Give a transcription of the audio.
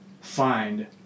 Find